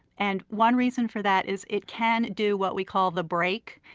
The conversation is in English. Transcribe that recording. and one reason for that is it can do what we call the break.